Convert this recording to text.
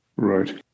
Right